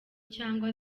cyangwa